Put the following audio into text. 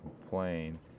complain